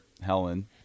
Helen